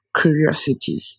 curiosity